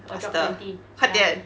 faster 快点